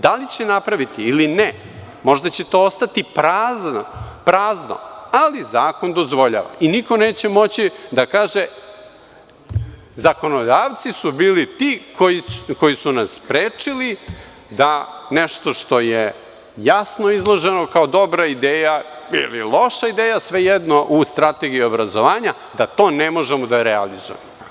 Da li će napraviti ili ne, možda će to ostati prazno, ali zakon dozvoljava i niko neće moći da kaže – zakonodavci su bili ti koji su nas sprečili da nešto što je jasno izloženo kao dobra ideja ili loša ideja, svejedno, u strategiji obrazovanja, da to ne možemo da realizujemo.